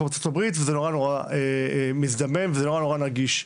בארצות הברית וזה נורא נורא מזדמן וזה נורא נורא נגיש.